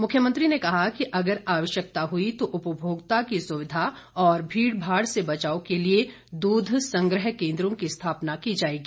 मुख्यमंत्री ने कहा कि अगर आवश्यकता हुई तो उपभोक्ता की सुविधा और भीड़ भाड़ से बचाव के लिए दूध संग्रह केंद्रों की स्थापना की जाएगी